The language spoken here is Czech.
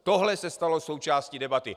Tohle se stalo součástí debaty.